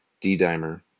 d-dimer